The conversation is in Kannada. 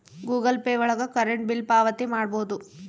ಗೂಗಲ್ ಪೇ ಒಳಗ ಕರೆಂಟ್ ಬಿಲ್ ಪಾವತಿ ಮಾಡ್ಬೋದು